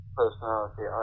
personality